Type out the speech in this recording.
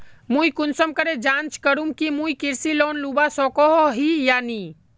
मुई कुंसम करे जाँच करूम की मुई कृषि लोन लुबा सकोहो ही या नी?